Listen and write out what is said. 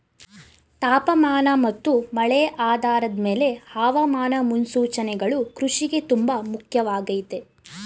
ತಾಪಮಾನ ಮತ್ತು ಮಳೆ ಆಧಾರದ್ ಮೇಲೆ ಹವಾಮಾನ ಮುನ್ಸೂಚನೆಗಳು ಕೃಷಿಗೆ ತುಂಬ ಮುಖ್ಯವಾಗಯ್ತೆ